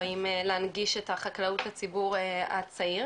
באים להנגיש את החקלאות לציבור הצעיר.